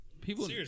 People